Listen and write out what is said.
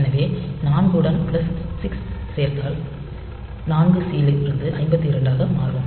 எனவே 4 உடன் பிளஸ் 6 சேர்த்தால் 4சி இலிருந்து 52 ஆக மாறும்